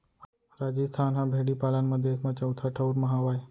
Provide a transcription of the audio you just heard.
राजिस्थान ह भेड़ी पालन म देस म चउथा ठउर म हावय